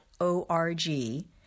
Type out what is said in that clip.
O-R-G